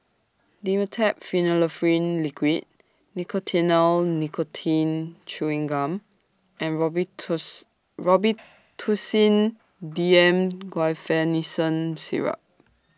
Dimetapp Phenylephrine Liquid Nicotinell Nicotine Chewing Gum and Robitussin D M Guaiphenesin Syrup